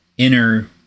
inner